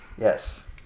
Yes